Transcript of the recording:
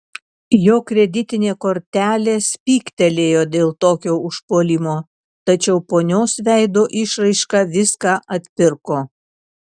jo kreditinė kortelė spygtelėjo dėl tokio užpuolimo tačiau ponios veido išraiška viską atpirko